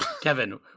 Kevin